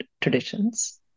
traditions